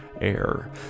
air